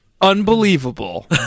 unbelievable